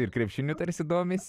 ir krepšiniu tarsi domisi